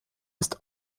ist